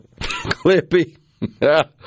Clippy